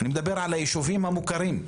אני מדבר על היישובים המוכרים,